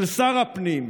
של שר הפנים,